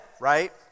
right